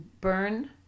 burn